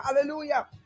Hallelujah